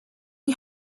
you